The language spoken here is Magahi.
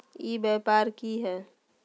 ई व्यापार की हाय?